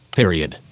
period